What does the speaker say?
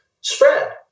spread